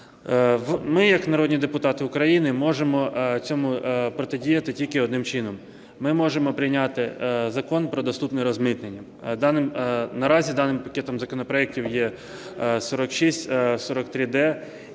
Ми як народні депутати України можемо цьому протидіяти тільки одним чином – ми можемо прийняти Закон про доступне розмитнення. Наразі даним пакетом законопроектів є 4643-д.